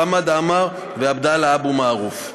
חמד עמאר ועבדאללה אבו מערוף.